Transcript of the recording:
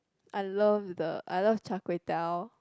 I love the I love Char-Kway-Teow